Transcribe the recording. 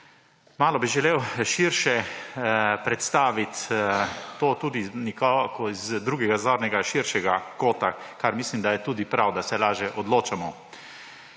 Malo bi želel širše predstaviti to tudi nekako z drugega, širšega zornega kota, kar mislim, da je tudi prav, da se lažje odločamo.